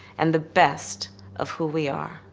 and the best of who we are.